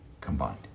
combined